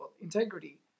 integrity